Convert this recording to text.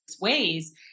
ways